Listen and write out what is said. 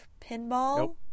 Pinball